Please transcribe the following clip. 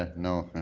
ah no,